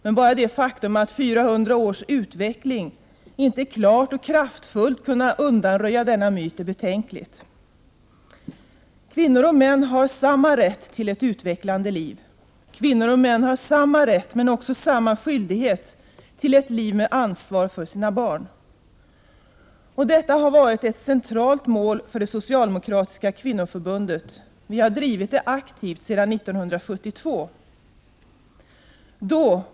Men bara det faktum att 400 års utveckling inte klart och kraftfullt kunnat undanröja denna myt är betänkligt. Kvinnor och män har samma rätt till ett utvecklande liv. Kvinnor och män har samma rätt men också samma skyldighet till ett liv med ansvar för sina barn. Detta har varit ett centralt mål för det socialdemokratiska kvinnoförbundet. Vi har drivit det aktivt sedan 1972.